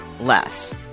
less